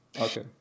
Okay